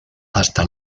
hasta